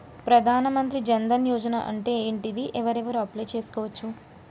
ప్రధాన మంత్రి జన్ ధన్ యోజన అంటే ఏంటిది? ఎవరెవరు అప్లయ్ చేస్కోవచ్చు?